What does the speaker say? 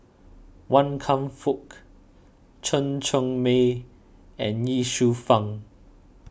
Wan Kam Fook Chen Cheng Mei and Ye Shufang